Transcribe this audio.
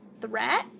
threat